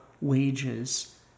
wages